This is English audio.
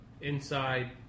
inside